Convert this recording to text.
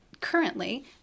currently